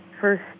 first